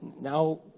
now